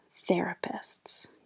therapists